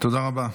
תודה רבה.